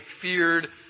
feared